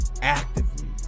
actively